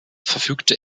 verfügte